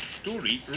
story